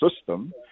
system